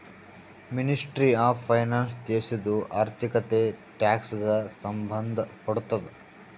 ministry of finance ದೇಶದು ಆರ್ಥಿಕತೆ, tax ಗ ಸಂಭಂದ್ ಪಡ್ತುದ